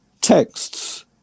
texts